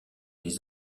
les